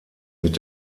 mit